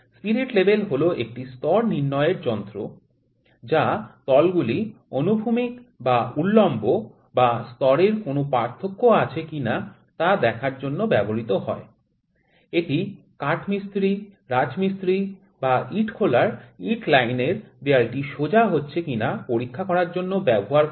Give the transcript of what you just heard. spirit level হল একটি স্তর নির্ণয়ের যন্ত্র যা তলগুলি অনুভূমিক বা উল্লম্ব বা স্তরের কোনও পার্থক্য আছে কি না তা দেখার জন্য ব্যবহৃত হয় এটি কাঠমিস্ত্রি রাজমিস্ত্রি বা ইটখোলার ইট লাইনের দেয়ালটি সোজা হচ্ছে কিনা পরীক্ষা করার জন্য ব্যবহার করে